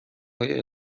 های